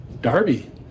Darby